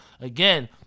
again